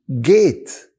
gate